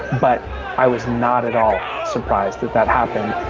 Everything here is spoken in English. but i was not at all surprised that that happened.